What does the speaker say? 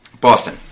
Boston